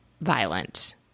violent